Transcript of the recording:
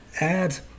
add